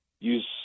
Use